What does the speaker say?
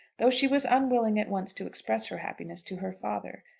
though she was unwilling at once to express her happiness to her father.